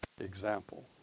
example